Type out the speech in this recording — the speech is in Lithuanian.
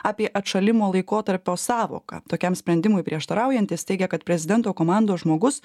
apie atšalimo laikotarpio sąvoką tokiam sprendimui prieštaraujantys teigia kad prezidento komandos žmogus